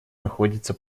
находится